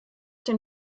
den